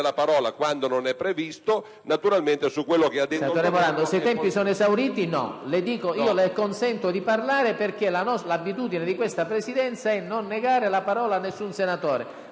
la parola quando ciò non è previsto, naturalmente su quello che ha detto il Governo,